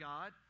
God